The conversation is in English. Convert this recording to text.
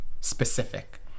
specific